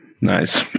Nice